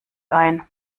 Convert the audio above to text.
ein